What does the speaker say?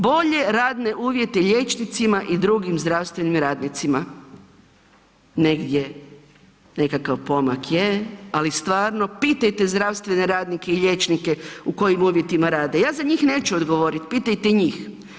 Bolje radne uvjete liječnicima i drugim zdravstvenim radnicima, negdje nekakav pomak je, ali stvarno pitajte zdravstvene radnike i liječnike u kojim uvjetima rade, ja za njih neću odgovorit, pitajte njih.